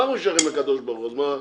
לקדוש ברוך הוא.